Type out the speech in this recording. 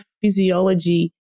physiology